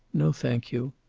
no, thank you.